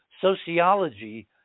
sociology